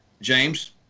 James